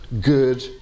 good